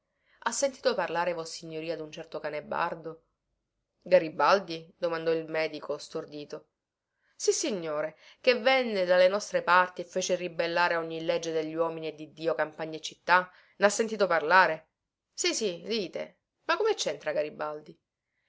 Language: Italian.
ha sentito parlare vossignoria dun certo canebardo garibaldi domandò il medico stordito sissignore che venne dalle nostre parti e fece ribellare a ogni legge degli uomini e di dio campagne e città nha sentito parlare sì sì dite ma come centra garibaldi